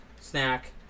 snack